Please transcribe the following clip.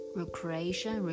recreation